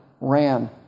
ran